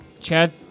Chad